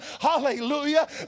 hallelujah